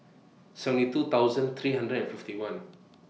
seven two thousand three hundred and fifty one